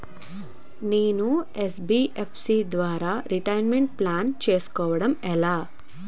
నేను యన్.బి.ఎఫ్.సి ద్వారా retirement planning చేసుకోవడం ఎలా?